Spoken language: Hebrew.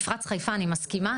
לגבי מפרץ חיפה, אני מסכימה.